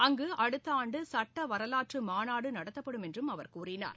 அங்குஅடுத்தஆண்டுசட்டவரலாற்றமாநாடுநடத்தப்படும் என்றும் அவர் கூறினார்